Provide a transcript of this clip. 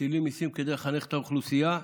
מטילים מיסים כדי לחנך את האוכלוסייה.